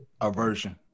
Aversion